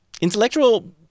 intellectual